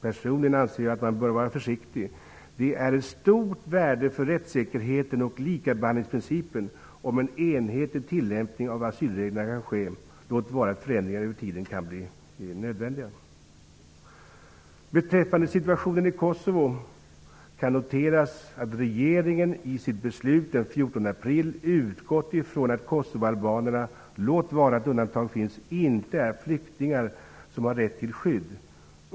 Personligen anser jag att man bör vara försiktig. Det är av stort värde för rättssäkerheten och likabehandlingsprincipen om en enhetlig tillämpning av asylreglerna kan ske, låt vara att förändringar över tiden kan bli nödvändiga. Beträffande situationen i Kosovo kan noteras att regeringen i sitt beslut den 14 april har utgått ifrån att kosovoalbanerna -- låt vara att undantag finns -- inte är flyktingar som har rätt till skydd.